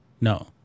no